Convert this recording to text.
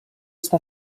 està